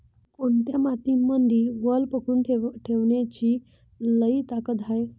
कोनत्या मातीमंदी वल पकडून ठेवण्याची लई ताकद हाये?